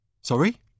sorry